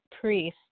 priest